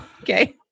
Okay